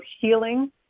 healing